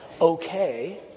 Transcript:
okay